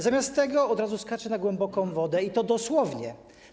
Zamiast tego od razu skacze na głęboką wodę, i to dosłownie.